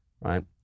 right